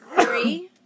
three